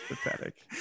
pathetic